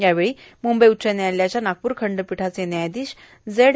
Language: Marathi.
यावेळी मुंबई उच्च न्यायालयाच्या नागपूर खंडपीठाचे न्यायाधीश झेड